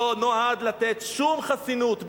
לא נועד לתת שום חסינות,